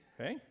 okay